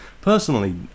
personally